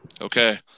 okay